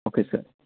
okay sir